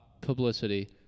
publicity